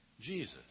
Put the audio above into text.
Jesus